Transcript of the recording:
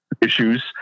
issues